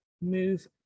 move